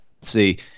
see